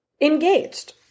engaged